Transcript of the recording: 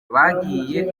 bagiye